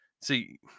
See